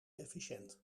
efficiënt